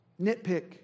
nitpick